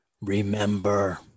Remember